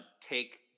take